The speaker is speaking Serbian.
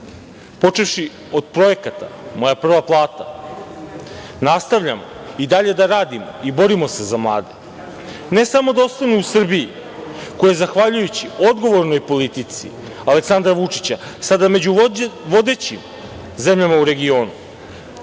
Počevši od projekata "Moja prva plata" nastavljamo i dalje da radimo i borimo se za mlade, ne samo da ostanu u Srbiji, koja zahvaljujući odgovornoj politici Aleksandra Vučića sada među vodećim zemljama u regionu,